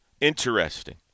Interesting